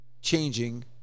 Changing